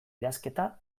idazketa